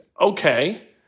Okay